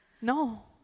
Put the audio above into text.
No